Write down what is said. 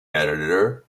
editor